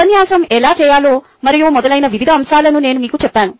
ఉపన్యాసం ఎలా చేయాలో మరియు మొదలైన వివిధ అంశాలను నేను మీకు చెప్పాను